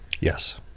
Yes